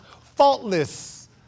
faultless